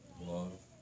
love